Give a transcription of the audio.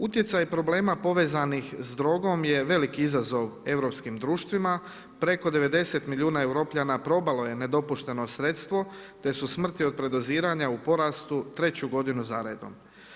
Utjecaj problema povezanih s drogom je veliki izazov europskim društvima preko 90 milijuna Europljana probalo je nedopušteno sredstvo te su smrtni od predoziranja u porastu treću godinu za redom.